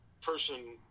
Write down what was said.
person